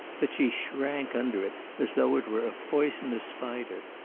that she shrank under it as though it were a poisonous spider.